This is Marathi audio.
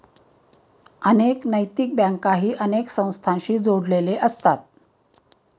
अनेक नैतिक बँकाही अनेक संस्थांशी जोडलेले असतात